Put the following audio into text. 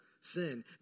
sin